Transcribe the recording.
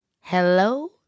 Hello